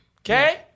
Okay